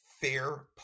fair